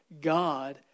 God